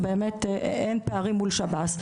שצריך, אין פערים מול שב"ס.